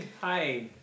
Hi